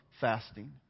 fasting